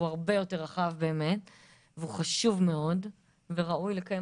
והוא במאת הרבה יותר רחב והוא חשוב מאוד וראוי לקיים